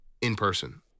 in-person